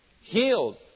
Healed